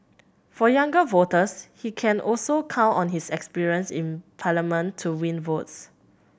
for younger voters he can also count on his experience in Parliament to win votes